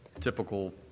typical